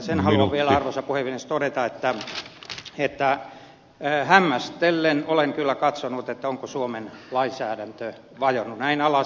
sen haluan vielä arvoisa puhemies todeta että hämmästellen olen kyllä katsonut onko suomen lainsäädäntö vajonnut näin alas